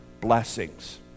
blessings